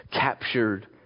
captured